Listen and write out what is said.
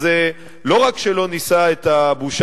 אז לא רק שלא נישא את הבושה,